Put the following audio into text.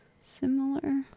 similar